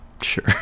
Sure